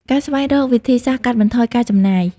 ការស្វែងរកវិធីសាស្រ្តកាត់បន្ថយការចំណាយ។